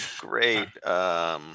great